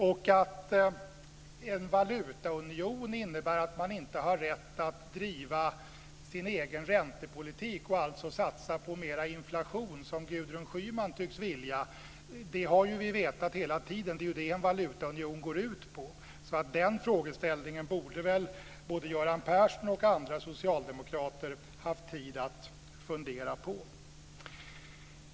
Och att en valutaunion innebär att man inte har rätt att driva sin egen räntepolitik och alltså satsa på mera inflation, som Gudrun Schyman tycks vilja, har vi ju vetat hela tiden. Det är ju det en valutaunion går ut på. Så den frågeställningen borde väl både Göran Persson och andra socialdemokrater ha haft tid att fundera på.